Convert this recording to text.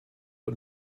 und